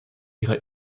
ihrer